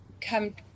come